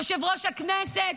יושב-ראש הכנסת,